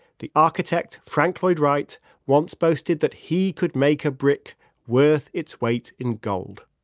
the architect frank lloyd wright once boasted that he could make a brick worth its weight in gold